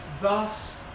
Thus